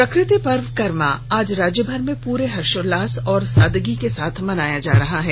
प्रकृति पर्व करमा आज राज्यभर में पूरे हर्षोल्लास और सादगी के साथ मनाया जा रहा है